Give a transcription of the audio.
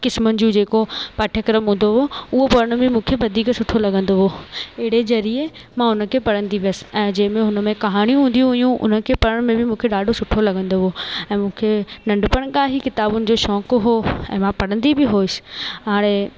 क़िस्मनि जूं जेको पाठ्यक्रम हूंदो हुओ उहो पढ़ण में मूंखे वधीक सुठो लॻंदो हुओ अहिड़े ज़रिए मां उन खे पढ़ंदी बि हुअसि ऐं जंहिंमे हुन कहाणियूं हूंदी हुयूं उन खे पढ़ण में बि मूंखे ॾाढो सुठो लॻंदो हुओ ऐं मूंखे नंढपण खां ई किताबुनि जो शौक़ु हुओ ऐं मां पढ़ंदी बि हुअसि हाणे